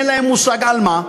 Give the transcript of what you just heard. אין להם מושג על מה,